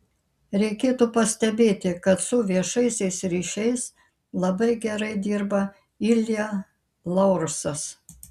reikėtų pastebėti kad su viešaisiais ryšiais labai gerai dirba ilja laursas